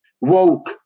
woke